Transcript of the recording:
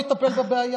צריך לטפל בבעיה,